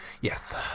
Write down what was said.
Yes